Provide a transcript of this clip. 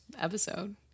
episode